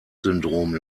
syndrom